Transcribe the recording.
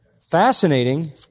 fascinating